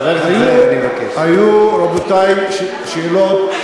ששש, חבר הכנסת זאב,